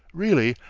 really,